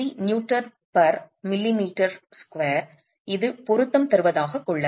3 Nmm2 இது பொருத்தம் தருவதாகக் கொள்ளலாம்